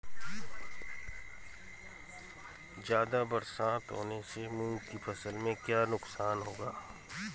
ज़्यादा बरसात होने से मूंग की फसल में क्या नुकसान होगा?